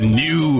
new